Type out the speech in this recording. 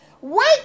Wait